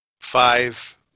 Five